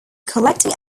collecting